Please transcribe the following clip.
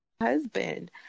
husband